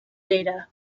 data